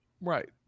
right